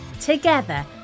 Together